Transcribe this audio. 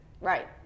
right